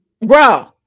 bro